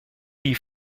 die